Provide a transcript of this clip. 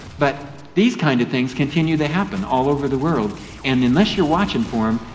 but these kinds of things continue to happen all over the world and unless you're watching for them,